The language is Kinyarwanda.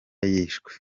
yishwe